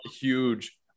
huge